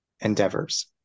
endeavors